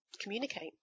communicate